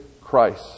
Christ